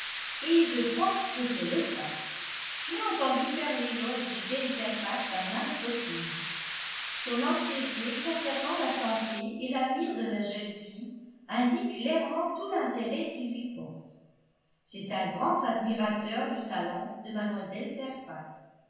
et je crois que c'est le cas je l'ai entendu faire l'éloge de jane fairfax à maintes reprises son anxiété concernant la santé et l'avenir de la jeune fille indiquent clairement tout l'intérêt qu'il lui porte c'est un grand admirateur du talent de mlle fairfax